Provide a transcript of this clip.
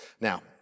Now